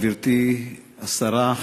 גברתי השרה,